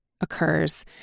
occurs